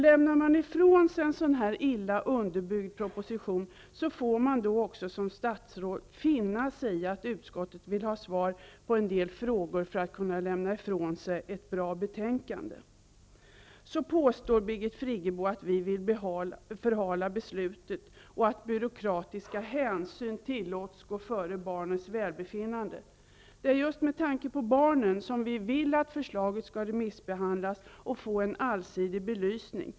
Lämnar regeringen ifrån sig en så illa underbyggd proposition får man som statsråd finna sig i att utskottet vill ha svar på en del frågor för att kunna avge ett bra betänkande. Birgit Friggebo påstår att vi vill förhala beslutet och att byråkratiska hänsyn tillåts gå före barnens välbefinnande. Det är just med tanke på barnen som vi vill att förslaget skall remissbehandlas och få en allsidig belysning.